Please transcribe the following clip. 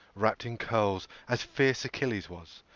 wrapped in curls, as fierce achilles' was,